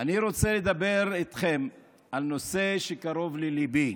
אני רוצה לדבר איתכם על נושא שקרוב לליבי.